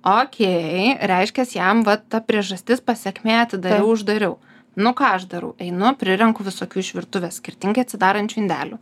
okei reiškias jam va ta priežastis pasekmė atidariau uždariau nu ką aš darau einu prirenku visokių iš virtuvės skirtingai atsidarančių indelių